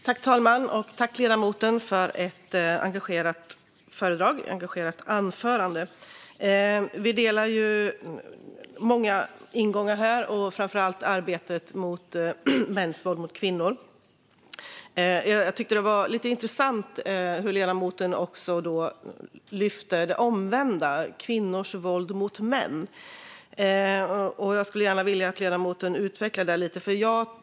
Fru talman! Tack, ledamoten, för ett engagerat anförande! Vi delar många ingångar här, framför allt vad gäller arbetet mot mäns våld mot kvinnor. Jag tyckte att det var lite intressant hur ledamoten även lyfte fram det omvända: kvinnors våld mot män. Jag skulle gärna vilja att ledamoten utvecklar detta lite.